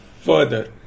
further